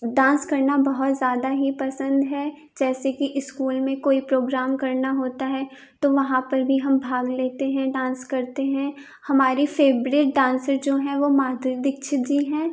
dance करना बहुत ज़्यादा ही पसंद है जैसे कि इस्कूल में कोई प्रोग्राम करना होता है तो वहाँ पर भी हम भाग लेते हैं डांस करते हैं हमारी फेवरेट डांसर जो है वो माधुरी दीक्षित जी है